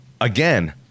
again